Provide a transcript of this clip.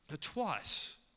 twice